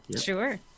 Sure